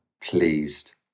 pleased